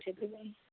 ସେଥିପାଇଁ